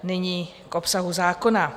Nyní k obsahu zákona.